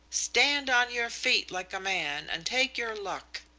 stand on your feet like a man and take your luck.